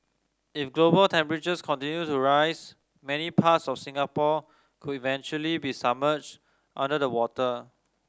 if global temperatures continue to rise many parts of Singapore could eventually be submerge under the water